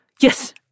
Yes